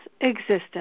existence